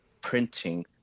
printing